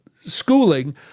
schooling